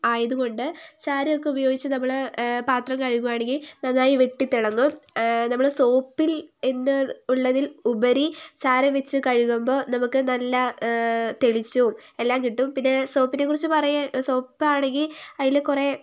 ആയതുകൊണ്ട് ചാരമൊക്കെ ഉപയോഗിച്ച് നമ്മൾ പാത്രം കഴുകുകയാണെങ്കിൽ നന്നായി വെട്ടിത്തിളങ്ങും നമ്മൾ സോപ്പിൽ എന്ന് ഉള്ളതിൽ ഉപരി ചാരം വച്ച് കഴുകുമ്പോൾ നമുക്ക് നല്ല തെളിച്ചവും എല്ലാം കിട്ടും പിന്നെ സോപ്പിനെക്കുറിച്ച് പറയാൻ സോപ്പാണെങ്കിൽ അതിൽ കുറേ